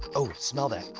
oh, smell that,